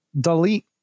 delete